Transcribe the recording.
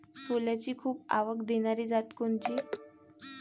सोल्याची खूप आवक देनारी जात कोनची?